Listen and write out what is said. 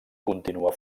continua